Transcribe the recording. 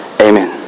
Amen